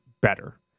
better